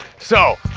so,